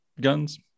guns